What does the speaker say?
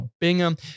Bingham